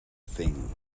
thing